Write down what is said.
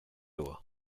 hugo